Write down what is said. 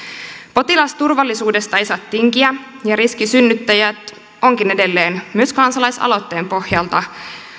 potilasturvallisuudesta ei saa tinkiä ja riskisynnyttäjät onkin edelleen myös kansalaisaloitteen pohjalta